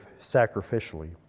sacrificially